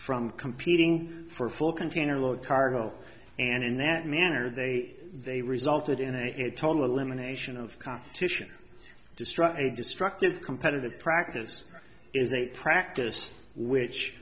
from competing for full container load cargo and in that manner they they resulted in a total elimination of competition destruct a destructive competitive practice is a practice which